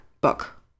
book